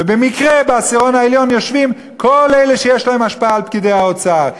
ובמקרה בעשירון העליון יושבים כל אלה שיש להם השפעה על פקידי האוצר.